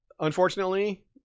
unfortunately